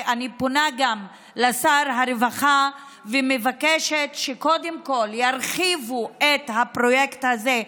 אני גם פונה לשר הרווחה ומבקשת שקודם כול ירחיבו את הפרויקט הזה,